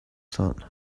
sun